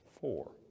four